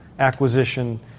acquisition